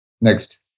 Next